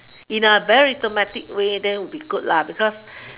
in a very diplomatic way then will be good lah because